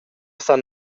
san